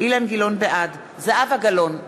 בעד זהבה גלאון,